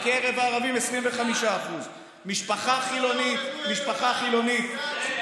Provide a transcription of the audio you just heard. בקרב הערבים, 25%. גם על הערבים, תתבייש לך.